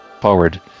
forward